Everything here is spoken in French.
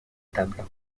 table